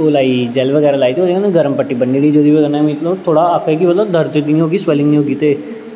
ओह् लाई जैल्ल बगैरा लाई ते ते ओह्दे कन्नै गर्म पट्टी बन्नी दी जेह्दे बजह् कन्नै मिगी थोह्ड़ी आखेआ कि मतलब दर्द निं होगी सवैलिंग निं होगी ते